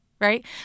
right